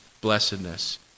blessedness